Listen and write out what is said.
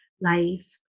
life